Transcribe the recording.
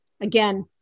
again